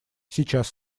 сейчас